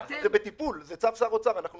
זה בטיפול, זה צו שר אוצר, אנחנו